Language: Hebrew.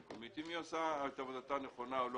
המקומית אם היא עושה את עבודתה נכונה או לא,